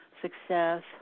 success